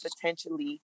potentially